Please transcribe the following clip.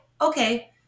okay